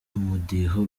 umudiho